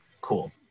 Cool